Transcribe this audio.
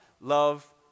love